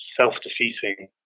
self-defeating